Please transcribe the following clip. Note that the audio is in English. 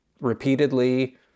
repeatedly